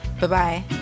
Bye-bye